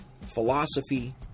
philosophy